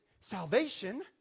Salvation